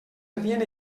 havien